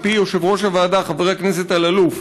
מפי יושב-ראש הוועדה חבר הכנסת אלאלוף.